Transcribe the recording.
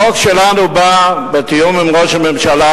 החוק שלנו בא בתיאום עם ראש הממשלה,